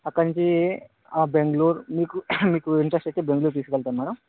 అక్కడ నుంచి అ బెంగ్లూర్ మీకు మీకు ఇంట్రస్ట్ అయితే బెంగ్లూర్ తీసుకెళ్తాను మేడం